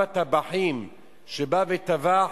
שר המשפטים,